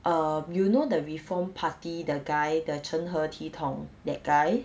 err you know the reform party the guy the 成何体统 that guy